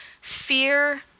fear